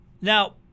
now